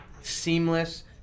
seamless